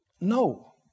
No